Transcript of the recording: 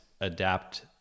adapt